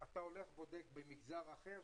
אתה הולך בודק במגזר אחר,